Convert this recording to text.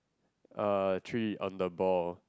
uh three on the ball